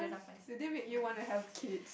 do they make you want to have kid